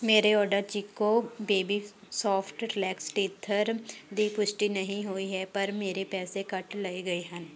ਮੇਰੇ order Chicco baby soft relax teether ਦੀ ਪੁਸ਼ਟੀ ਨਹੀਂ ਹੋਈ ਹੈ ਪਰ ਮੇਰੇ ਪੈਸੇ ਕੱਟ ਲਏ ਗਏ ਹਨ